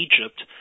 Egypt